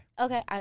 Okay